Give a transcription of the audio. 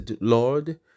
Lord